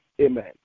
Amen